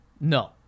No